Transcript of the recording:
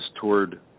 toured